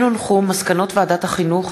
מסקנות ועדת החינוך,